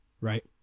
Right